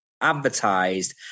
advertised